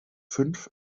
fünf